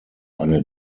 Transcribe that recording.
eine